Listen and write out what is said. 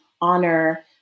honor